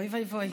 אוי ואבוי.